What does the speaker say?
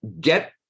get